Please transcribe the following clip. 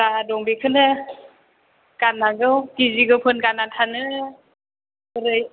जा दं बेखौनो गाननांगौ गिजि गोफोन गानना थानो बोरै